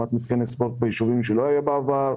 הקמת מתקני ספורט ביישובים בהם לא היה בעבר,